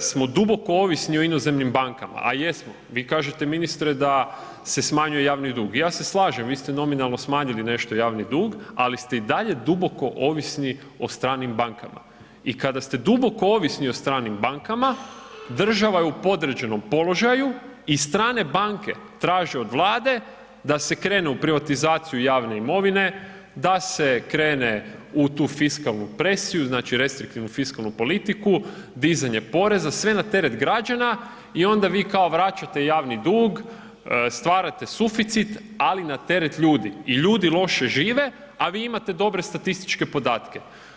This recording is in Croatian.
smo duboko ovisni o inozemnim bankama, a jesmo, vi kažete ministre da se smanjuje javni dug, ja se slažem, vi ste nominalno smanjili nešto javni dug, ali ste i dalje duboko ovisni o stranim bankama i kada ste duboko ovisni o stranim bankama, država je u podređenom položaju i strane banke traže od Vlade da se krene u privatizaciju javne imovine, da se krene u tu fiskalnu presiju, znači restriktivnu fiskalnu politiku, dizanje poreza, sve na teret građana i onda vi kao vraćate javni dug, stvarate suficit, ali na teret ljudi i ljudi loše žive, a vi imate dobre statističke podatke.